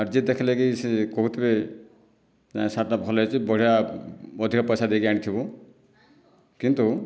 ଆର୍ ଯିଏ ଦେଖଲେକି ସିଏ କହୁଥିବେ ନାଇ ସାର୍ଟଟା ଭଲ ହେଇଛି ବଢ଼ିଆ ଅଧିକ ପଇସା ଦେଇକି ଆଣିଥିବୁ କିନ୍ତୁ